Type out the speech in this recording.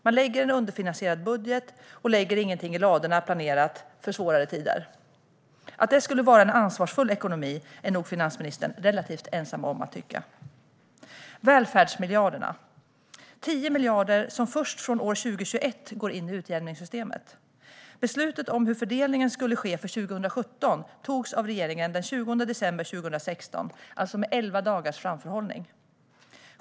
Man lägger fram en underfinansierad budget och planerar inte att lägga något i ladorna för svårare tider. Att det skulle vara en ansvarsfull ekonomi är nog finansministern relativt ensam om att tycka. Välfärdsmiljarderna handlar om 10 miljarder som går in i utjämningssystemet först från år 2021. Beslutet om hur fördelningen skulle ske för 2017 togs av regeringen den 20 december 2016, alltså med elva dagars framförhållning.